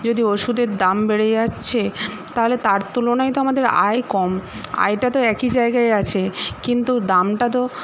যদি ওষুধের দাম বেড়ে যাচ্ছে তাহলে তার তুলনায় তো আমাদের আয় কম আয়টা তো একই জায়গাই আছে কিন্তু দামটা তো